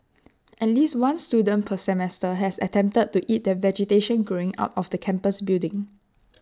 at least one student per semester has attempted to eat the vegetation growing out of the campus building